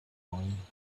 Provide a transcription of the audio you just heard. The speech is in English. wine